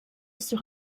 sur